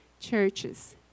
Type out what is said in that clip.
churches